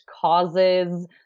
causes